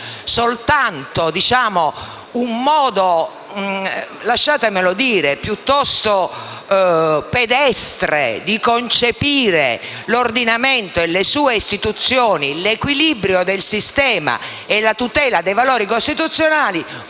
Soltanto un modo - lasciatamelo dire - piuttosto pedestre di concepire l'ordinamento e le sue istituzioni, nonché l'equilibrio del sistema e la tutela dei valori costituzionali,